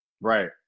Right